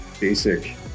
basic